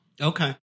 Okay